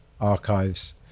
archives